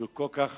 שכל כך